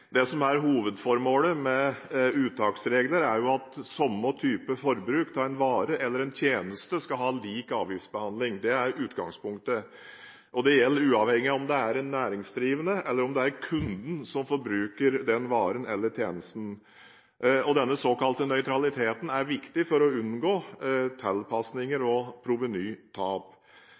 Det som er hovedformålet med uttaksregler, er at samme type forbruk av en vare eller en tjeneste skal ha lik avgiftsbehandling. Det er utgangspunktet. Det gjelder uavhengig av om det er en næringsdrivende eller kunden som forbruker varen eller tjenesten. Denne såkalte nøytraliteten er viktig for å unngå tilpasninger og provenytap.